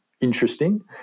interesting